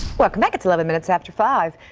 welcome back it's eleven minutes after five.